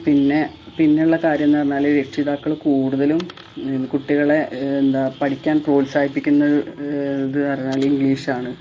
പിന്നെ പിന്നെയുള്ള കാര്യമെന്നു പറഞ്ഞാല് രക്ഷിതാക്കള് കൂടുതലും കുട്ടികളെ എന്താണു പഠിക്കാൻ പ്രോത്സാഹിപ്പിക്കുന്നത് എന്നു പറഞ്ഞാല് ഇംഗ്ലീഷാണ്